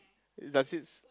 does his